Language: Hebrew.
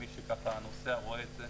מי שנוסע רואה את זה,